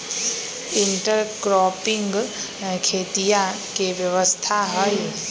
intercropping खेतीया के व्यवस्था हई